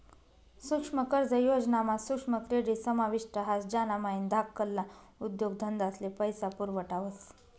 सुक्ष्म कर्ज योजना मा सुक्ष्म क्रेडीट समाविष्ट ह्रास ज्यानामाईन धाकल्ला उद्योगधंदास्ले पैसा पुरवठा व्हस